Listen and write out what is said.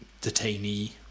detainee